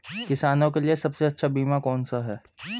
किसानों के लिए सबसे अच्छा बीमा कौन सा है?